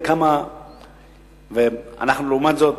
לעומת זאת,